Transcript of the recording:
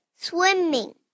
swimming